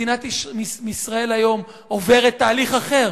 מדינת ישראל היום עוברת תהליך אחר,